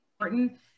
important